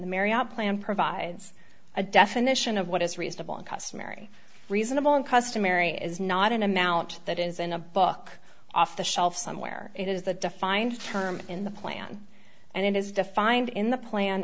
the marry up plan provides a definition of what is reasonable and customary reasonable and customary is not an amount that is in a book off the shelf somewhere it is the defined term in the plan and it is defined in the plan